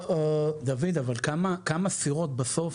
דוד, כמה סירות בסוף?